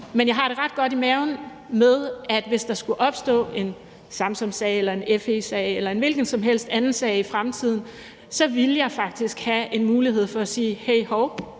Men jeg har det ret godt i maven med, at jeg, hvis der skulle opstå en Samsamsag eller en FE-sag eller en hvilken som helst anden sag i fremtiden, faktisk ville have en mulighed for at sige: Hey, hov,